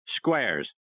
Squares